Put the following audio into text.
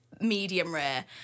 medium-rare